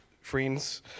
friends